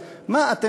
אז מה אתם,